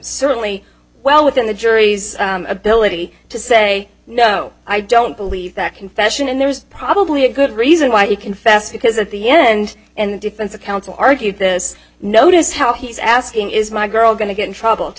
certainly well within the jury's ability to say no i don't believe that confession and there's probably a good reason why he confessed because at the end and the defense counsel argued this notice how he's asking is my girl going to get in trouble to